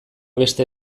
beste